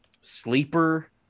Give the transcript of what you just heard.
sleeper